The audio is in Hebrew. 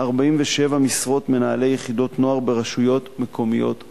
47 משרות מנהלי יחידות נוער ברשויות מקומיות ערביות.